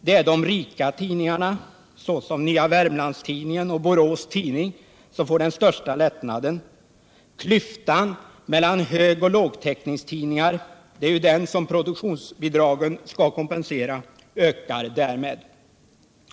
Det är de rika tidningarna — såsom Nya Wermlands-Tidningen och Borås Tidning — som får den största lättnaden. Klyftan mellan högoch lågtäckningstidningarna — det är ju den som produktionsbidragen skall kompensera — ökar därmed.